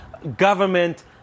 government